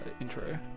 intro